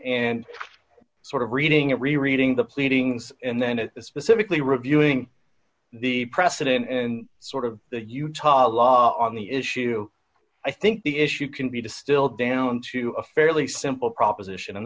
and sort of reading and rereading the pleadings and then it specifically reviewing the precedent and sort of the utah law on the issue i think the issue can be distilled down to a fairly simple proposition and